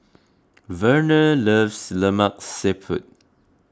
Verner loves Lemak Siput